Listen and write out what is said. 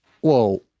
Whoa